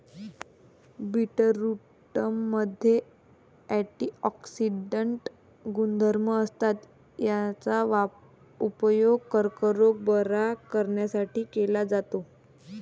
बीटरूटमध्ये अँटिऑक्सिडेंट गुणधर्म असतात, याचा उपयोग कर्करोग बरा करण्यासाठी केला जातो